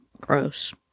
gross